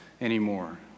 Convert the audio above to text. anymore